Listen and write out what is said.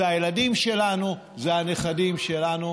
זה הילדים שלנו, זה הנכדים שלנו.